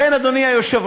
לכן, אדוני היושב-ראש,